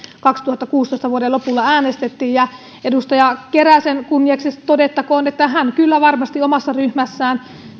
kaksituhattakuusitoista lopulla äänestettiin ja edustaja keräsen kunniaksi todettakoon että hän kyllä varmasti omassa ryhmässään